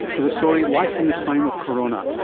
with a story life in the time of corona.